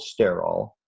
sterol